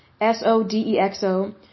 S-O-D-E-X-O